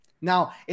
Now